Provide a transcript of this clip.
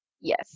Yes